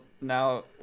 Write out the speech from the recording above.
now